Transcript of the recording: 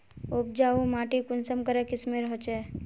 उपजाऊ माटी कुंसम करे किस्मेर होचए?